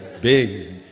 big